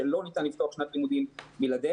שלא ניתן לפתוח שנת לימודים בלעדיהם,